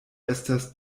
estas